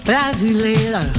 Brasileira